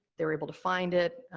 they're able to find it,